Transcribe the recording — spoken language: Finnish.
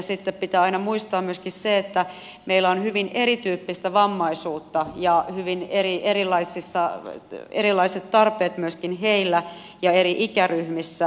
sitten pitää aina muistaa myöskin se että meillä on hyvin eri tyyppistä vammaisuutta ja hyvin erilaiset tarpeet myöskin heillä ja eri ikäryhmissä